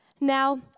Now